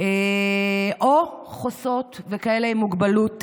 או חוסות וכאלה עם מוגבלות,